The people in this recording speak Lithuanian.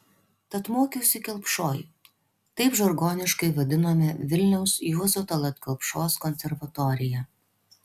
tad mokiausi kelpšoj taip žargoniškai vadinome vilniaus juozo tallat kelpšos konservatoriją